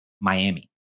Miami